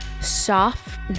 soft